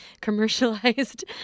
commercialized